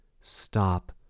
stop